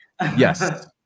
yes